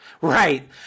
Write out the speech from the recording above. Right